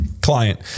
Client